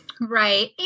right